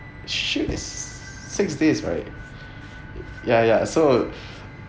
shit it's six days right ya ya so